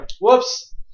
Whoops